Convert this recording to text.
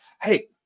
hey